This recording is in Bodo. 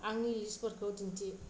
आंनि लिस्टफोरखौ दिन्थि